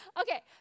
Okay